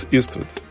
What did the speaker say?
Eastwood